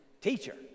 Teacher